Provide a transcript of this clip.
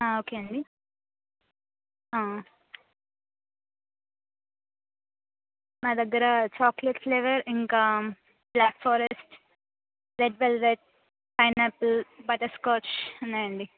okay అండి మా దగ్గర చాక్లెట్ ఫ్లేవర్ ఇంకా black forest red velvet pineapple butterscotch ఉన్నాయండి